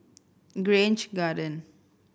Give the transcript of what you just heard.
Grange Garden